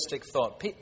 thought